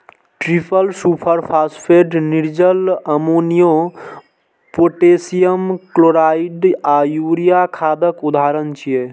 triple superphosphate, निर्जल अमोनियो, potassium chloride आ यूरिया खादक उदाहरण छियै